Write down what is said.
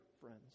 friends